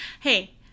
Hey